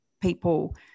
people